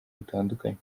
butandukanye